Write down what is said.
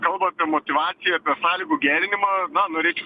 kalba apie motyvaciją sąlygų gerinimą na norėčiau